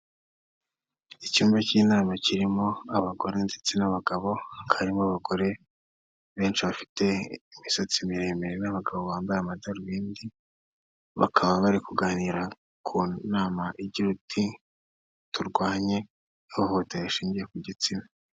Icyumba cy'inama kirimo abagore ndetse n'abagabo, harimo abagore benshi bafite imisatsi miremire n'abagabo bambaye amadarubindi, bakaba bari kuganira ku nama igira uti: "Turwanye ihohotera rishingiye ku gitsina."